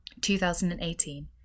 2018